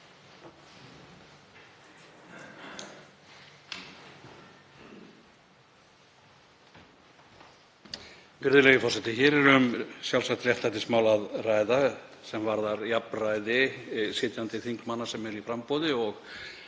Hér er um sjálfsagt réttlætismál að ræða sem varðar jafnræði sitjandi þingmanna sem eru í framboði og